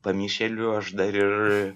pamišėliu aš dar ir